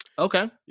okay